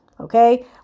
Okay